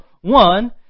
one